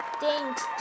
thanks